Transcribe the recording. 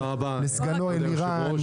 לסגנו אלירן,